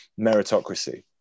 meritocracy